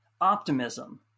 optimism